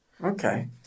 Okay